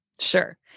Sure